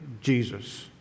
Jesus